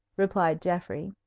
replied geoffrey.